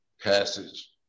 passage